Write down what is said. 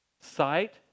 Sight